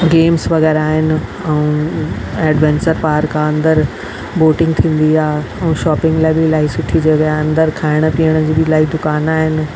games वग़ैरह आहिनि ऐं एडवेंचर पार्क आहे अंदरि बोटिंग थींदी आहे ऐं शॉपिंग जे लाइ बि इलाही सुठी जॻह आहिनि अंदरि अंदरि खाइण पीअण जी बि इलाही दुकाना आहिनि